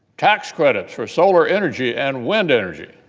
tax credits for solar energy and wind energy,